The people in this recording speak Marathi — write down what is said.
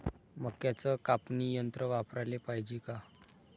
मक्क्याचं कापनी यंत्र वापराले पायजे का?